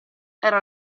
era